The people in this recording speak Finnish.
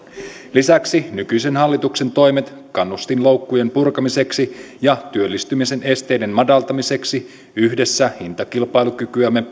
lisäksi nykyisen hallituksen toimet kannustinloukkujen purkamiseksi ja työllistymisen esteiden madaltamiseksi yhdessä hintakilpailukykyämme